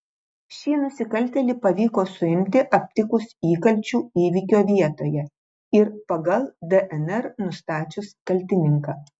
šį nusikaltėlį pavyko suimti aptikus įkalčių įvykio vietoje ir pagal dnr nustačius kaltininką